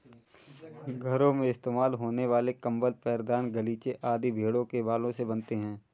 घरों में इस्तेमाल होने वाले कंबल पैरदान गलीचे आदि भेड़ों के बालों से बनते हैं